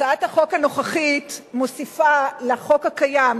הצעת החוק הנוכחית מוסיפה לחוק הקיים,